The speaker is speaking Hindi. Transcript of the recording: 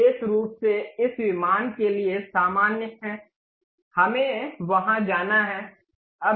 विशेष रूप से इस विमान के लिए सामान्य है हमें वहाँ जाना है